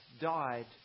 died